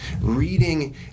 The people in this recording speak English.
reading